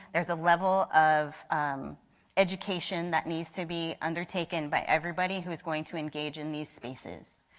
there is a level of education that needs to be undertaken by everybody who is going to engage in these spaces.